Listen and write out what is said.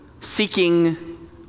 seeking